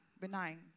Benign